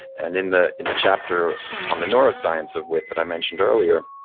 and in the in the chapter on the neuroscience of wit that i mentioned earlier,